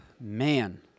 man